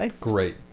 great